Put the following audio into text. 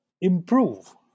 improve